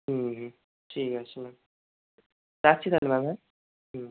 হুম হুম ঠিক আছে ম্যাম রাখছি তাহলে ম্যাম হ্যাঁ হুম